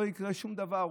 לא יקרה שום דבר,